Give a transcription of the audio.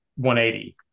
180